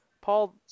Paul